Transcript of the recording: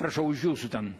prašau už jūsų ten